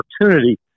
opportunity